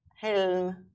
helm